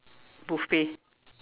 buffet